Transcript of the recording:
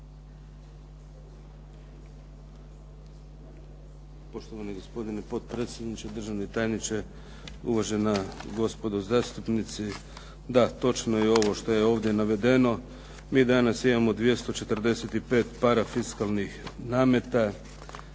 Poštovani gospodine potpredsjedniče, državni tajniče, uvažena gospodo zastupnici. Da, točno je ovo što je ovdje navedeno. Mi danas imamo 245 parafiskalnih nameta.